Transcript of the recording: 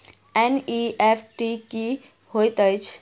NEFT की होइत अछि?